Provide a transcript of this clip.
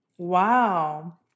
Wow